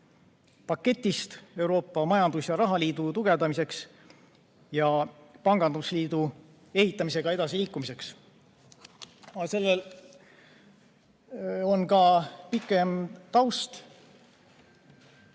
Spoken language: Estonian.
paketist Euroopa majandus‑ ja rahaliidu tugevdamiseks ning pangandusliidu ehitamisega edasiliikumiseks. Sellel on ka pikem taust.